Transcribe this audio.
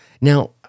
Now